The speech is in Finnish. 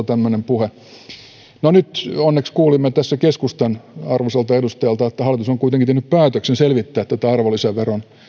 tämmöinen puhe on ihan vastuutonta nyt onneksi kuulimme keskustan arvoisalta edustajalta että hallitus on on kuitenkin tehnyt päätöksen selvittää tätä arvonlisäveron